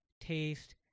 taste